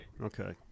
Okay